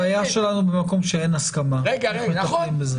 הבעיה שלנו במקום שאין הסכמה, איך מטפלים בזה.